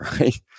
right